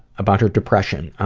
about her depression,